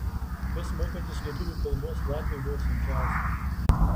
kas mokantis lietuvių kalbos latviui buvo sunkiausia